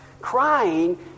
crying